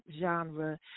genre